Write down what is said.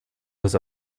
was